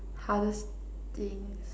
hardest things